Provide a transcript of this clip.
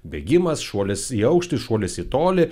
bėgimas šuolis į aukštį šuolis į tolį